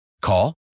Call